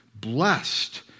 Blessed